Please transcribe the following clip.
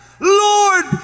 Lord